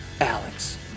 Alex